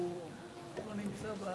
לא הייתי מצביע